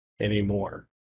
anymore